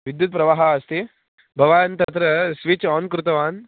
विद्युत् प्रवाहः अस्ति भवान् तत्र स्विच् आन् कृतवान्